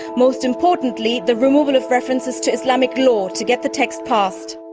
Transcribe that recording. most importantly the removal of references to islamic law to get the text past.